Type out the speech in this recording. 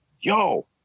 yo